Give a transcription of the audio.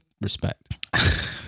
Respect